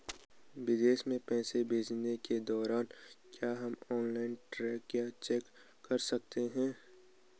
विदेश में पैसे भेजने के दौरान क्या हम ऑनलाइन ट्रैक या चेक कर सकते हैं?